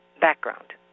background